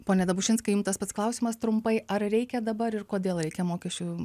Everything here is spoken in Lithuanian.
pone dabušinskai jum tas pats klausimas trumpai ar reikia dabar ir kodėl reikia mokesčių